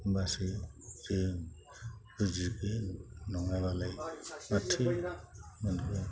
होनबासो जों बुजिगोन नङाबालाय माथो मोनगोन